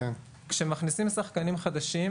כשמכניסים שחקנים חדשים,